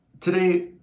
today